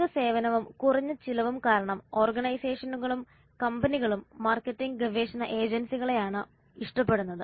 പ്രത്യേക സേവനവും കുറഞ്ഞ ചിലവും കാരണം ഓർഗനൈസേഷനും കമ്പനികളും മാർക്കറ്റിംഗ് ഗവേഷണ ഏജൻസികളെയാണ് ഇഷ്ടപ്പെടുന്നത്